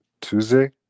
Tuesday